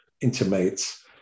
intimates